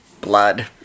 blood